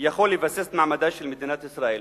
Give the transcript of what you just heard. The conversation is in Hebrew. שיכול לבסס את מעמדה של מדינת ישראל.